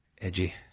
Edgy